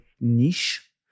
niche